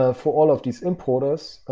ah for all of these importers